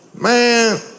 Man